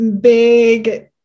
big